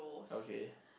okay